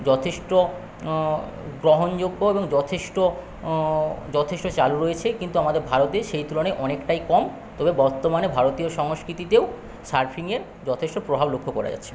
যথেষ্ট গ্রহণযোগ্য এবং যথেষ্ট যথেষ্ট চালু রয়েছে কিন্তু আমাদের ভারতে সেই তুলনায় অনেকটাই কম তবে বর্তমানে ভারতীয় সংস্কৃতিতেও সারফিংয়ের যথেষ্ট প্রভাব লক্ষ করা যাচ্ছে